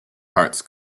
hearts